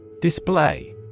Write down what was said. Display